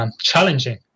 Challenging